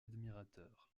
admirateurs